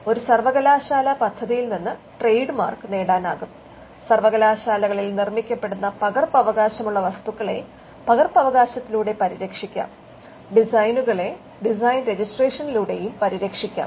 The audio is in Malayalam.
ഒരു സർവകലാശാലാപദ്ധതിയിൽ നിന്ന് ട്രേഡ്മാർക് നേടാനാകും സർവകലാശാലകളിൽ നിർമിക്കപ്പെടുന്ന പകർപ്പവകാശമുള്ള വസ്തുക്കളെ പകർപ്പവകാശത്തിലൂടെ പരിരക്ഷിക്കാം ഡിസൈനുകളെ ഡിസൈൻ രെജിസ്ട്രേഷനിലൂടെയും പരിരക്ഷിക്കാം